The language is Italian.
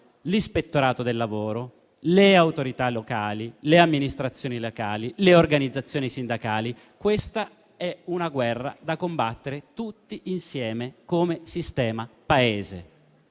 l'ispettorato del lavoro, le autorità locali, le amministrazioni locali, le organizzazioni sindacali. Si tratta di una guerra da combattere tutti insieme come sistema Paese.